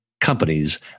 companies